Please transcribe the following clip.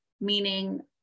Meaning